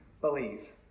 believe